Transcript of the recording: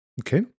Okay